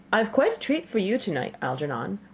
i've quite a treat for you to-night, algernon.